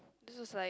this was like